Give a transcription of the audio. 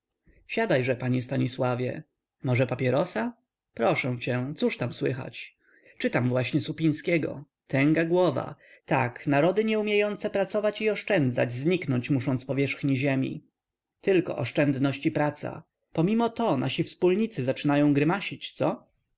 ojcem siadaj-że panie stanisławie może papierosa proszę cię cóż tam słychać czytam właśnie supińskiego tęga głowa tak narody nie umiejące pracować i oszczędzać zniknąć muszą z powierzchni ziemi tylko oszczędność i praca pomimo to nasi wspólnicy zaczynają grymasić co